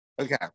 Okay